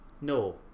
no